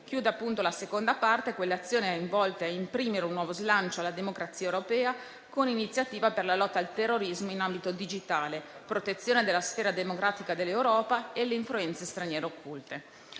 Chiude la seconda parte l'azione rivolta a imprimere un nuovo slancio alla democrazia europea con iniziative per la lotta al terrorismo in ambito digitale, protezione della sfera democratica dell'Europa e contro le influenze straniere occulte.